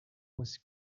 was